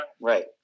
Right